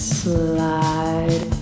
slide